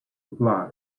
reply